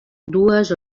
dues